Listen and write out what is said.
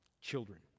Children